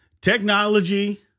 Technology